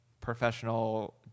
professional